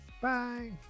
bye